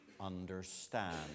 understand